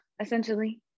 essentially